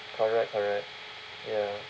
correct correct ya